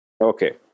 Okay